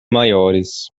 maiores